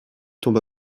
tombe